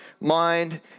mind